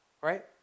right